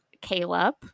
Caleb